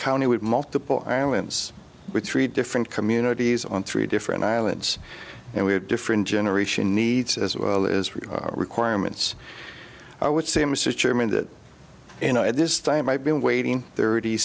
county with multiple islands with three different communities on three different islands and we have different generation needs as well as requirements i would say mr chairman that you know at this time i've been waiting thirty